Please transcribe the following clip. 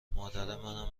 مادرمنم